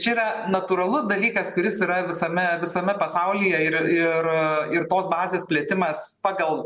čia yra natūralus dalykas kuris yra visame visame pasaulyje ir ir ir tos bazės plėtimas pagal